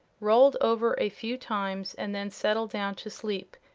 rolled over a few times and then settled down to sleep,